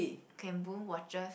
Gem-Boon watches